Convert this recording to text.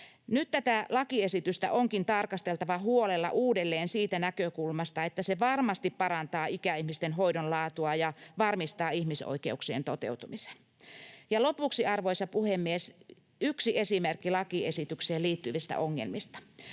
Nyt tätä lakiesitystä onkin tarkasteltava huolella uudelleen siitä näkökulmasta, että se varmasti parantaa ikäihmisten hoidon laatua ja varmistaa ihmisoikeuksien toteutumisen. Lopuksi, arvoisa puhemies, yksi esimerkki lakiesitykseen liittyvistä ongelmista.